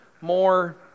more